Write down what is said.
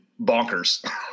bonkers